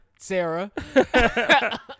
Sarah